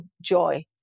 joy